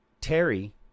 Terry